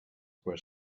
were